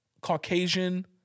Caucasian